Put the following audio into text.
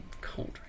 cold